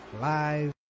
live